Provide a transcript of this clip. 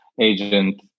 agent